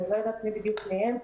אני לא יודעת מי בדיוק מהם,